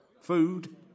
food